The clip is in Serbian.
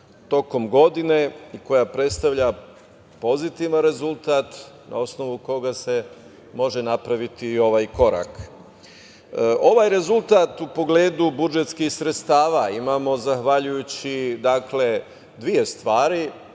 tokom godine i koja predstavlja pozitivan rezultat na osnovu koga se može napraviti i ovaj korak. Ovaj rezultat u pogledu budžetskih sredstava imamo zahvaljujući, dakle, dvema stvarima